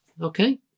Okay